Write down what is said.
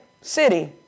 City